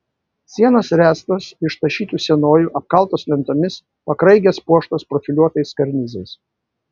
sienos ręstos iš tašytų sienojų apkaltos lentomis pakraigės puoštos profiliuotais karnizais